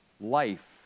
life